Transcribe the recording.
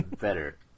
Better